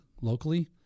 locally